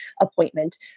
appointment